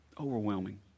Overwhelming